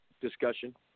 discussion